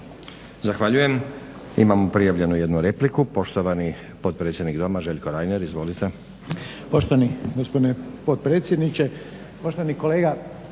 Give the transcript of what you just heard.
Zahvaljujem. Imamo prijavljenu jednu repliku, poštovani potpredsjednik Doma Željko Reiner. Izvolite.